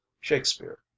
Shakespeare